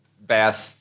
bath